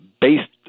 based